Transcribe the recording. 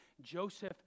Joseph